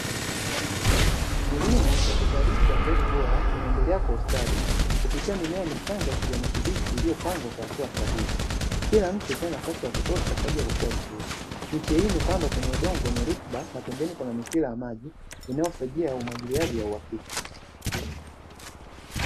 Kilimo cha kuzalisha mbegu bora kinaendelea kwa ustadi kupitia mimea michanga kijani kibichi iliyopangwa kwa hatua sahihi, kila mche ukae nafasi ya kutosha kwa ajili ya kukua vizuri nchi hii imepandwa kwenye udongo wenye rutuba na pembeni kuna mipira ya maji inayosaidia umwagiliaji wa uhakika.